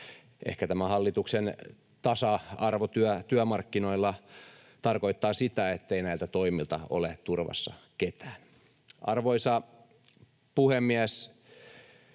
Ehkä tämä hallituksen tasa-arvotyö työmarkkinoilla tarkoittaa sitä, ettei näiltä toimilta ole turvassa kukaan. Arvoisa puhemies!